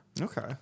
Okay